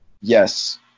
yes